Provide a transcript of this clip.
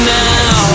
now